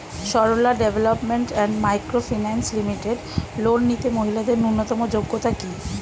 Sarala Development and Micro Finance Limited loan নিতে মহিলাদের ন্যূনতম যোগ্যতা কী?